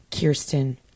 Kirsten